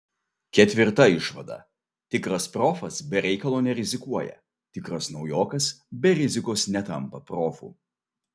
ketvirta išvada tikras profas be reikalo nerizikuoja tikras naujokas be rizikos netampa profu